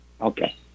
Okay